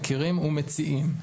מכירים ומציעים.